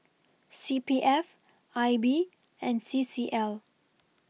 C P F I B and C C L